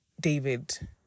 David